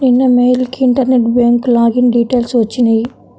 నిన్న మెయిల్ కి internet bank login details వచ్చినియ్యి